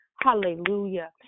hallelujah